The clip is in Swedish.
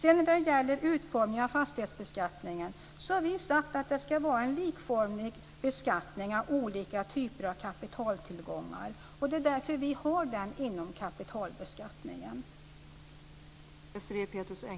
I fråga om utformningen av fastighetsbeskattningen har vi sagt att det ska vara likformig beskattning av olika typer av kapitaltillgångar. Det är därför som vi har detta inom kapitalbeskattningen.